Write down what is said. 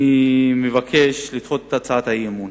אני מבקש לדחות את הצעת האי-אמון.